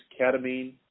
ketamine